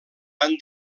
van